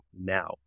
now